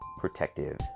protective